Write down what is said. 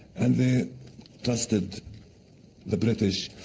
and they trusted the british,